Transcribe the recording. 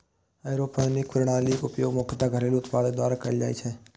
aeroponic प्रणालीक उपयोग मुख्यतः घरेलू उत्पादक द्वारा कैल जाइ छै